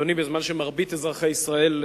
אדוני, בזמן שמרבית אזרחי ישראל,